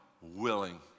willing